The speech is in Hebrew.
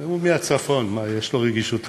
הוא מהצפון, יש לו רגישות לצפון.